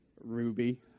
Ruby